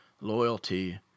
loyalty